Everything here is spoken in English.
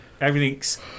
everything's